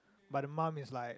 but the mum is like